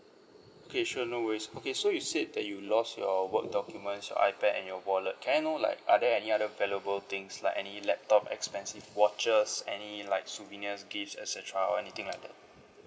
okay sure no worries okay so you said that you lost your work documents your ipad and your wallet can I know like are there any other valuable things like any laptop expensive watches any like souvenirs gift et cetera or anything like that